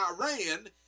Iran